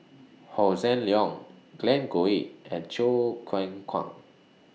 Hossan Leong Glen Goei and Choo Keng Kwang